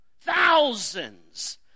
thousands